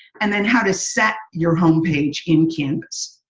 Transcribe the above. and then how to set your home page in canvas.